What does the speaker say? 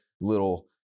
little